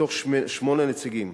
מתוך שמונה נציגים.